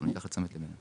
אנחנו ניקח לתשומת ליבנו.